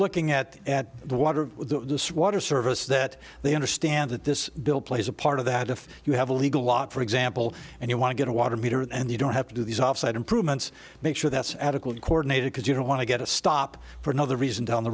looking at at the water the water service that they understand that this bill plays a part of that if you have a legal log for example and you want to get a water meter and you don't have to do these offsite improvements make sure that's adequate coordinated because you don't want to get a stop for another reason down the